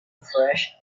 fresh